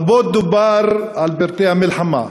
רבות דובר על פרטי המלחמה,